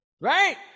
Right